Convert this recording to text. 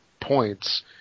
points